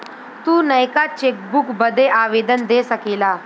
तू नयका चेकबुक बदे आवेदन दे सकेला